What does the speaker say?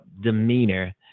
demeanor